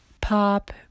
Pop